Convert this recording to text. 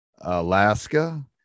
alaska